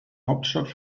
hauptstadt